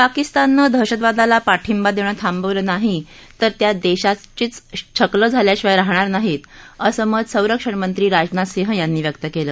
पाकिस्ताननं दहशतवादाला पाठिंबा देणं थांबवलं नाही तर त्या देशाचीच छकलं झाल्याशिवाय राहणार नाहीत असं मत संरक्षणमंत्री राजनाथ सिंह यांनी व्यक्त केलं